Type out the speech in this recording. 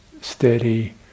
steady